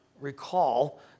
Recall